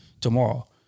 tomorrow